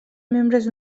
membres